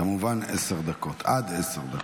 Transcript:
כמובן, עשר דקות, עד עשר דקות.